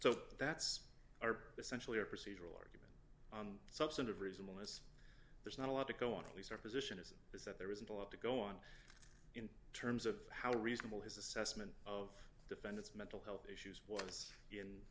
so that's are essentially are procedural substantive reasonable as there's not a lot to go on at least our position is is that there isn't a lot to go on in terms of how reasonable his assessment of defendants mental health issues was in